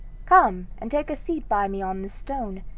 come and take a seat by me on this stone.